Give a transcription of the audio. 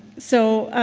so,